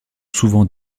souvent